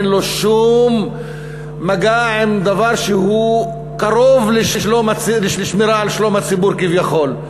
אין לו שום מגע עם דבר שהוא קרוב לשמירה על שלום הציבור כביכול.